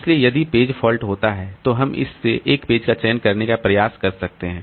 इसलिए यदि page fault होता है तो हम इस से एक पेज का चयन करने का प्रयास कर सकते हैं